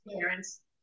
parents